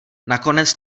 nakonec